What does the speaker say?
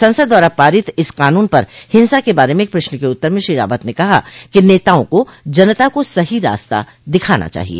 संसद द्वारा पारित इस कानून पर हिंसा के बारे में एक प्रश्न के उत्तर में श्री रावत ने कहा कि नेताओं को जनता को सही रास्ता दिखाना चाहिए